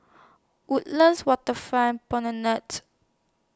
Woodlands Waterfront Promenade